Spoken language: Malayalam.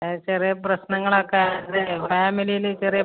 ചെറിയ പ്രശ്നങ്ങളൊക്കെ ഇവിടെ ഫാമിലിയിൽ ചെറിയ